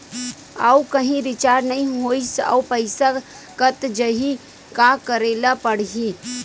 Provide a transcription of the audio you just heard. आऊ कहीं रिचार्ज नई होइस आऊ पईसा कत जहीं का करेला पढाही?